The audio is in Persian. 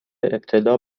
ابتلا